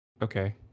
Okay